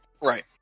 Right